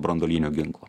branduolinio ginklo